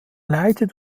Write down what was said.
leitet